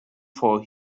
for